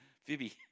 Phoebe